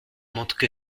montrent